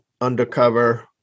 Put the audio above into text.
undercover